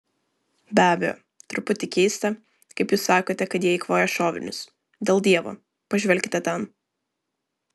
be abejo truputį keista kaip jūs sakote kad jie eikvoja šovinius dėl dievo pažvelkite ten